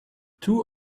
two